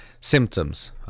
symptoms